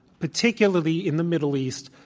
particularly in the middle east,